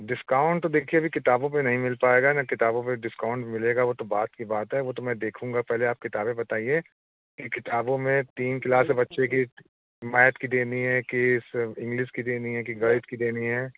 discount देखिए अभी किताबों नहीं मिल पाएगा ना किताबों पर डिस्काउंट मिलेगा वो तो बाद की बात है वो तो मै देखूँगा पहले आप किताबें बताइए इन किताबों में तीन क्लास की बच्चे की मैथ की देनी है कि इस इंग्लिश की देनी है कि गाइड की देनी है